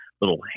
little